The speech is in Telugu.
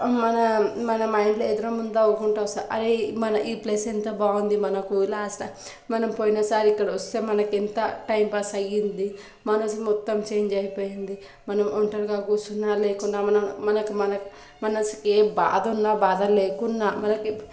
మన మన మా ఇంట్లో ఎదురెమ్మన తవ్వుకుంటా వస్తాం అరే మన ఇది ఈ ప్లేస్ ఎంత బాగుంది మనకు లాస్ట్ మనం పోయినసారి ఇక్కడికి వస్తే మనకు ఎంత టైం పాస్ అయ్యింది మనసు మొత్తం చేంజ్ అయిపోయింది మనం ఒంటరిగా కూర్చున్నా లేకున్నా మనం మనకు మనసుకి ఏ బాధ ఉన్నా బాధ లేకున్నా మనకి